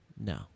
No